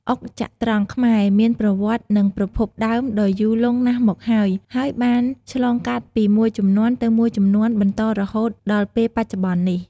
អុកចត្រង្គខ្មែរ មានប្រវត្តិនិងប្រភពដើមដ៏យូរលង់ណាស់មកហើយ ហើយបានឆ្លងកាត់ពីមួយជំនាន់ទៅមួយជំនាន់បន្តរហូតដល់ពេលបច្ចុប្បន្ននេះ ។